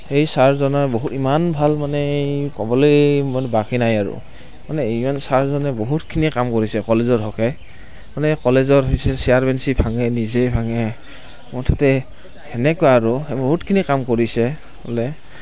সেই চাৰজনে ইমান ভাল মানে ক'বলৈ মানে বাকী নাই আৰু মানে এইজন চাৰজনে বহুতখিনি কাম কৰিছে কলেজৰ হকে মানে কলেজৰ হৈছে নিজেই ভাঙে মুঠতে হেনেকুৱা আৰু বহুতখিনি কাম কৰিছে ক'লে